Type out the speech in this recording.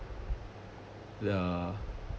there are